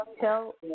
Tell